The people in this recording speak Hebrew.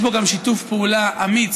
חברתי היושבת בראש,